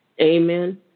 Amen